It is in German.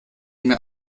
mir